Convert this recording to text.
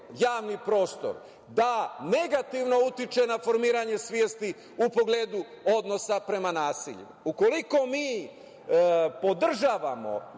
javni prostor, da negativno utiče na formiranje svesti u pogledu odnosa prema nasilju. Ukoliko mi podržavamo,